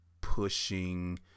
pushing